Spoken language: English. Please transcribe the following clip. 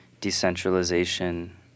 decentralization